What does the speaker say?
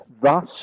Thus